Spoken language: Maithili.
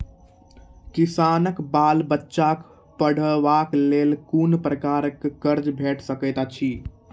किसानक बाल बच्चाक पढ़वाक लेल कून प्रकारक कर्ज भेट सकैत अछि?